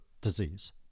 disease